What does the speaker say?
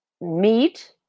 meat